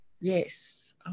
Yes